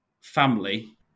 family